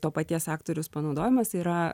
to paties aktorius panaudojimas yra